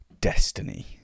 destiny